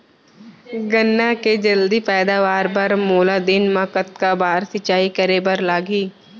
गन्ना के जलदी पैदावार बर, मोला दिन मा कतका बार सिंचाई करे बर लागही?